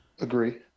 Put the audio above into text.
Agree